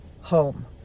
home